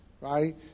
Right